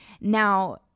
Now